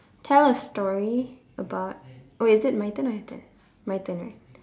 tell a story about oh is it my turn or your turn my turn right